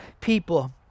people